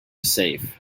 safe